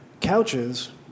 couches